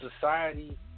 society